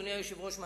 אדוני היושב-ראש,